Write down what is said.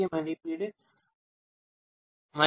ஏ மதிப்பீடு வைத்திருக்கும் போது